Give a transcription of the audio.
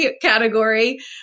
category